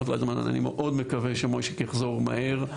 אני מאוד מקווה שמויישי יחזור מהר.